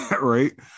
right